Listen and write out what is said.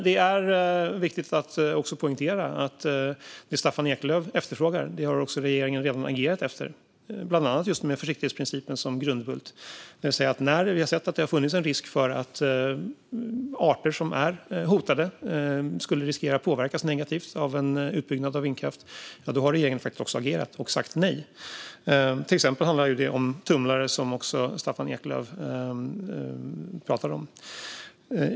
Det är viktigt att poängtera att det som Staffan Eklöf efterfrågar har regeringen redan agerat efter, bland annat med försiktighetsprincipen som grundbult, det vill säga att när vi har sett att det har funnits en risk för att arter som är hotade skulle kunna riskera att påverkas negativt av en utbyggnad av vindkraft har regeringen agerat och sagt nej. Till exempel handlar det om tumlare, som Staffan Eklöf pratade om.